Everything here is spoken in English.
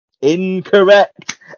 Incorrect